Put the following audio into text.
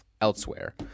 elsewhere